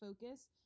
Focus